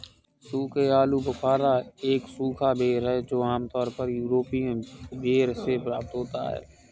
सूखे आलूबुखारा एक सूखा बेर है जो आमतौर पर यूरोपीय बेर से प्राप्त होता है